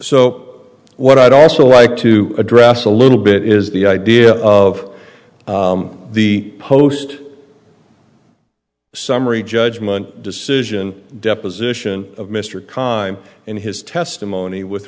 so what i'd also like to address a little bit is the idea of the post summary judgment decision deposition of mr kahn time in his testimony with